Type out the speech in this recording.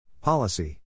policy